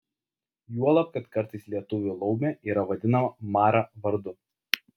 juolab kad kartais lietuvių laumė yra vadinama mara vardu